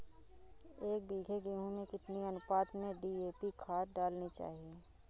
एक बीघे गेहूँ में कितनी अनुपात में डी.ए.पी खाद डालनी चाहिए?